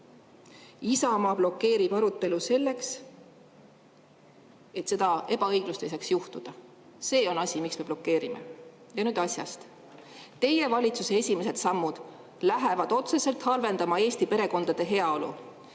Isamaa blokeerib arutelu selleks, et seda ebaõiglust ei saaks juhtuda. See on põhjus, miks me blokeerime. Ja nüüd asjast. Teie valitsuse esimesed sammud lähevad otseselt halvendama Eesti perekondade heaolu.